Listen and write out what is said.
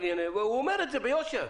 והוא אומר את זה ביושר.